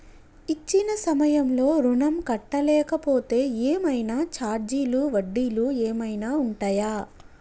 ఇచ్చిన సమయంలో ఋణం కట్టలేకపోతే ఏమైనా ఛార్జీలు వడ్డీలు ఏమైనా ఉంటయా?